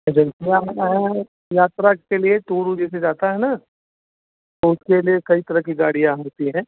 एजेंसियाँ मने है यात्रा के लिए टूर ऊर जैसे जाता है ना तो उसके लिए कई तरह की गाड़ियाँ होती है